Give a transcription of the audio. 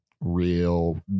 real